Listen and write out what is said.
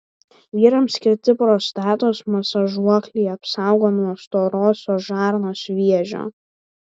vyrams skirti prostatos masažuokliai apsaugo nuo storosios žarnos vėžio